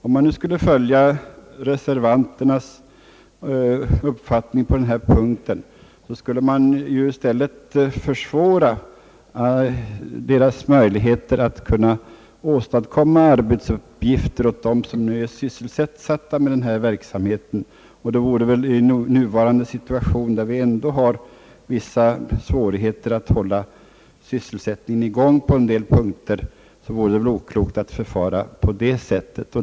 Om man skulle följa reservanternas uppfattning på denna punkt, så skulle man göra det svårare att åstadkomma arbetsuppgifter åt dem som nu är sysselsatta med denna verksamhet. Det vore i nuvarande situation, då vi ändå har vissa svårigheter att hålla sysselsättningen i gång på en del punkter, oklokt att förfara på det sättet.